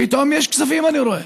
פתאום יש כספים, אני רואה.